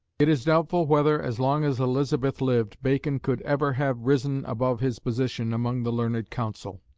it is doubtful whether, as long as elizabeth lived, bacon could ever have risen above his position among the learned counsel,